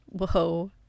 Whoa